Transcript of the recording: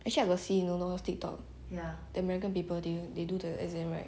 actually I got see you know what's TikTok the american people they they do the exam right